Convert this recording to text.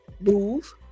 move